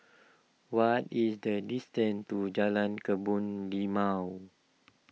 what is the distance to Jalan Kebun Limau